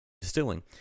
distilling